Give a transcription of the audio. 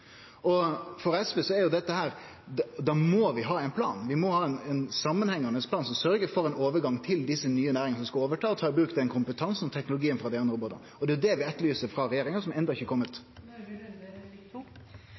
må vi ha ein samanhengande plan som sørgjer for ein overgang til desse nye næringane som skal overta, og ta i bruk den kompetansen og teknologien som er i dei andre jobbane. Det er det vi etterlyser frå regjeringa, og som enno ikkje